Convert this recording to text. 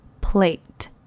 plate